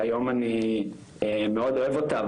שהיום אני מאוד אוהב אותה,